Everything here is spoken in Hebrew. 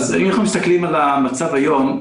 אם אנחנו מסתכלים על המצב היום,